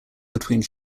between